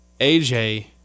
AJ